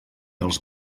els